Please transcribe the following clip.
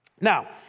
Now